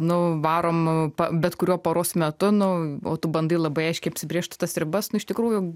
nu varom bet kuriuo paros metu nu o tu bandai labai aiškiai apsibrėžti tas ribas nu iš tikrųjų